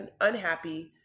unhappy